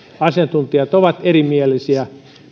asiantuntijat ovat erimielisiä